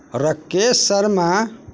Rakesh Sharma